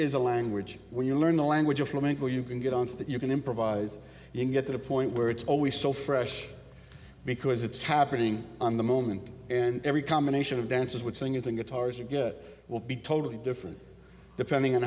is a language when you learn the language of flamenco you can get on to that you can improvise you can get to the point where it's always so fresh because it's happening on the moment every combination of dancers would sing it and guitars will be totally different depending on